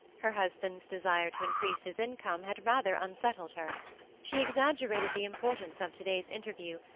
her husband's desire to increase his income had rather unsettled her she exaggerated the importance of to-day's interview,